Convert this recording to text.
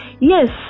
Yes